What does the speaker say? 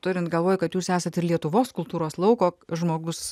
turint galvoj kad jūs esat ir lietuvos kultūros lauko žmogus